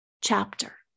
chapter